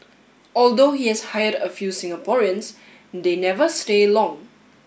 although he has hired a few Singaporeans they never stay long